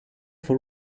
for